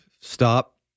stop